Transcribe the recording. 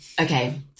Okay